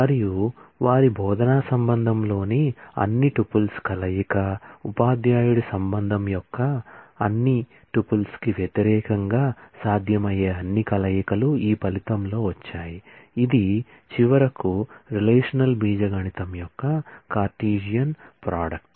మరియు వారి బోధనా రిలేషన్ లోని అన్ని టుపుల్స్ కలయిక ఉపాధ్యాయుడి రిలేషన్ యొక్క అన్ని టుపుల్స్కు వ్యతిరేకంగా సాధ్యమయ్యే అన్ని కలయికలు ఈ ఫలితంలో వచ్చాయి ఇది చివరికి రిలేషనల్ ఆల్జీబ్రా యొక్క కార్టెసియన్ ప్రోడక్ట్